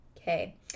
Okay